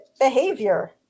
behavior